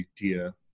idea